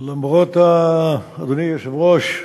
אדוני היושב-ראש,